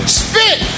spit